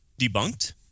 debunked